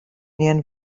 nähern